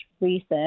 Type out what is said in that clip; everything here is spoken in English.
research